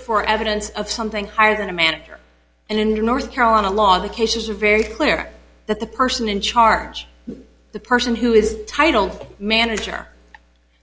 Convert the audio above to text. for evidence of something higher than a manager and in the north carolina law the cases are very clear that the person in charge the person who is titled manager